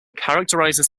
characterizes